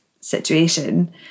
situation